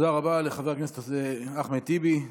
תודה רבה לחבר הכנסת אחמד טיבי.